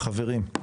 חברים,